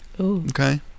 Okay